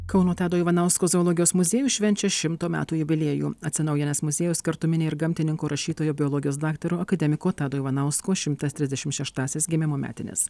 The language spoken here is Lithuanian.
kauno tado ivanausko zoologijos muziejus švenčia šimto metų jubiliejų atsinaujinęs muziejus kartu mini ir gamtininko rašytojo biologijos daktaro akademiko tado ivanausko šimtas trisdešim šeštąsias gimimo metines